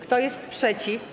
Kto jest przeciw?